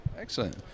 Excellent